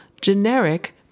generic